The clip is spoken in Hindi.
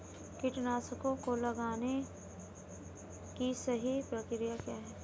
कीटनाशकों को लगाने की सही प्रक्रिया क्या है?